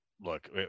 look